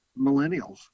millennials